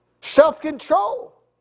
Self-control